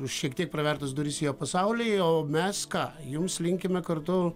už šiek tiek pravertas duris į jo pasaulį o mes ką jums linkime kartu